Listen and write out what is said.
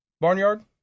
Barnyard